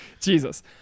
Jesus